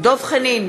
דב חנין,